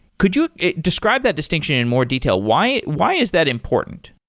could you describe that distinction in more detail? why why is that important?